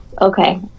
Okay